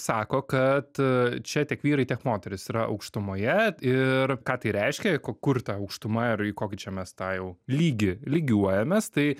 sako kad čia tiek vyrai tiek moterys yra aukštumoje ir ką tai reiškia ku kur ta aukštuma ir į kokį čia mes tą jau lygį lygiuojamės tai